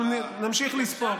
נמשיך לספור.